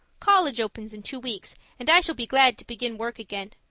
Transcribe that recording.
college opens in two weeks and i shall be glad to begin work again.